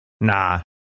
Nah